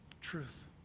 Truth